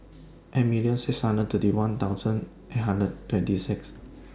eight million six hundred thirty one thousand eight hundred twenty six